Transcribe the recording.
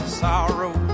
sorrow